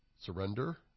Surrender